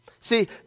See